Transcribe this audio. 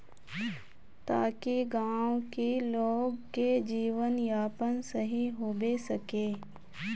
ताकि गाँव की लोग के जीवन यापन सही होबे सके?